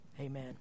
amen